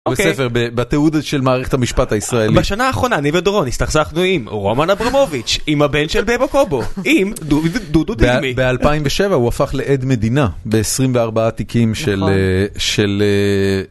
בספר בתיעודם של מערכת המשפט הישראלי. בשנה האחרונה אני ודורון הסתכסכנו עם רומן אברמוביץ', עם הבן של בבה קובו, עם דודו דידמי. ב-2007 הוא הפך לעד מדינה, ב-24 עתיקים של...